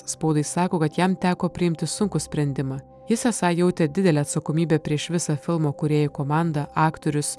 spaudai sako kad jam teko priimti sunkų sprendimą jis esą jautė didelę atsakomybę prieš visą filmo kūrėjų komandą aktorius